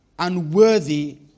Unworthy